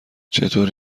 چطور